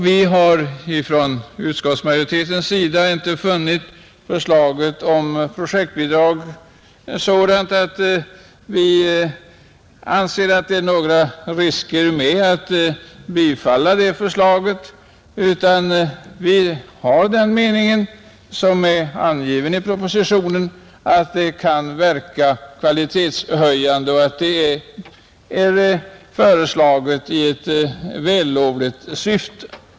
Vi har från utskottets sida inte funnit förslaget om projektbidrag sådant att ett bifall till detta förslag är förenat med några risker utan vi delar den mening som är angiven i propositionen att det kan verka kvalitetshöjande och att det är framfört i ett vällovligt syfte.